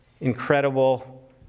incredible